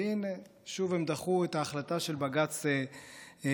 והינה, שוב הם דחו את ההחלטה של בג"ץ לפנות.